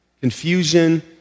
confusion